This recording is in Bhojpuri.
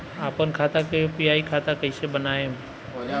आपन खाता के यू.पी.आई खाता कईसे बनाएम?